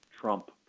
Trump